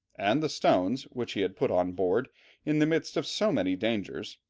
and the stones, which he had put on board in the midst of so many dangers,